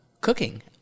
cooking